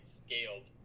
scaled